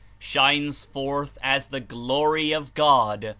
shines forth as the glory of god,